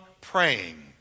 praying